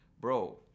Bro